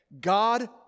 God